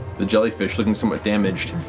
the jellyfish, looking somewhat damaged,